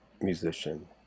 musician